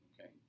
okay